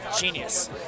genius